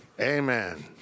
Amen